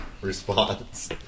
response